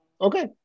Okay